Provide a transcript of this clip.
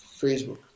Facebook